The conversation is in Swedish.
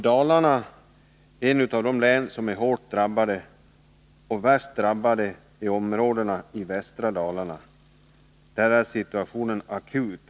Dalarna är ett av de län som är hårt drabbat. Ett av de värst drabbade områdena är västra Dalarna, där situationen är akut.